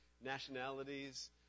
nationalities